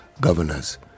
governors